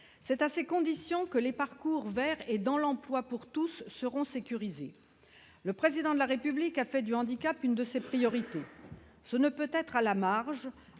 C'est à ces conditions que les parcours vers et dans l'emploi seront sécurisés pour tous. Le Président de la République a fait du handicap l'une de ses priorités. Cette priorité ne peut être à la marge,